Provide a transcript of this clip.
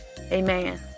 Amen